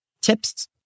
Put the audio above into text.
tips